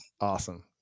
awesome